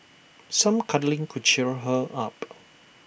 some cuddling could cheer her up